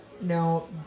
now